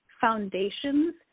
foundations